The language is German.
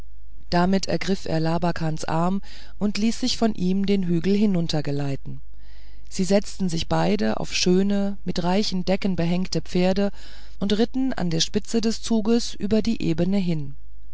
damit ergriff er labakans arm und ließ sich von ihm den hügel hinuntergeleiten sie setzten sich beide auf schöne mit reichen decken behängte pferde und ritten an der spitze des zuges über die ebene hin